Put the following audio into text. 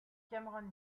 cameron